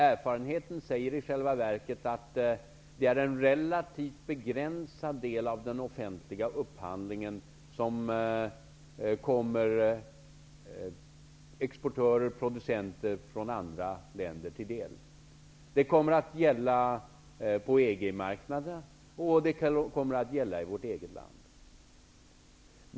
Erfarenheten säger i själva verket att det är en relativt begränsad del av den offentliga upphandlingen som kommer exportörer och producenter från andra länder till del. Det kommer att gälla på EG-marknaden, och det kommer att gälla i vårt eget land.